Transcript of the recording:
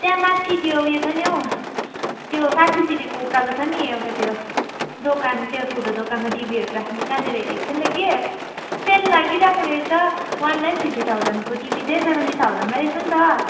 त्यहाँ माथि त्यो उयो छ नि हौ त्यो साठी सिढीको उकालो छ नि एउटा त्यो दोकान त्यो ठुलो दोकानमा टिभीहरू राख्ने त्यहाँनिर हेरेको थिएँ नि त कि सेल लागिरहेको रहेछ वान लाख फिफ्टी थाउजन्डको टिभी चाहिँ सेभेन्टी थाउजेन्डमै रहेछ नि त